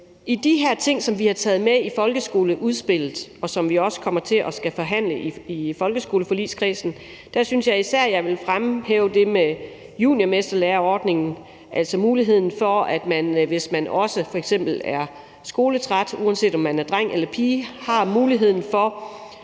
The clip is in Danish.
de ting, som vi har taget med i folkeskoleudspillet, og som vi også kommer til at skulle forhandle i folkeskoleforligskredsen, synes jeg især, jeg vil fremhæve det med juniormesterlæreordningen, altså muligheden for, at man, uanset om man er dreng eller pige, hvis man f.eks.